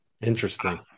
Interesting